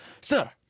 sir